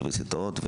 האוניברסיטאות,